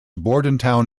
bordentown